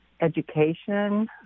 education